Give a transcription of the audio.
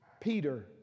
Peter